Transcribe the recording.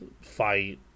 fight